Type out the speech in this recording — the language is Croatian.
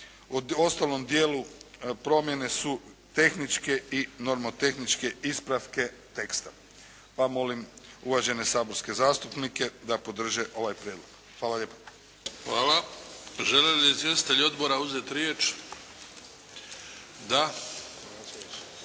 ostalom dijelu promjene su tehničke i normotehničke ispravke teksta, pa molim uvažene saborske zastupnike da podrže ovaj Prijedlog. Hvala lijepa. **Bebić, Luka (HDZ)** Hvala. Žele li izvjestitelji Odbora uzeti riječ? Da.